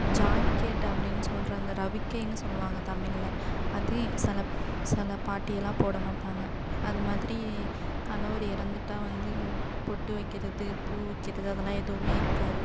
jacket அப்படின்னு சொல்கிற அந்த ரவிக்கைன்னு சொல்லுவாங்க தமிழ்ல அது சில சில பாட்டியெல்லாம் போடமாட்டாங்க அதுமாதிரி கணவர் இறந்துட்டால் வந்து பொட்டு வைக்கிறது பூ வைக்கிறது அதெல்லாம் எதுவுமே இருக்காது